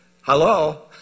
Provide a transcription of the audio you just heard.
hello